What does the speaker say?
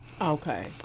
Okay